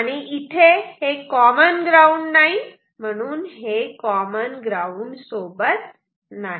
आणि इथे हे कॉमन ग्राउंड नाही म्हणून हे कॉमन ग्राउंड सोबत नाही